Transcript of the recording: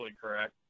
correct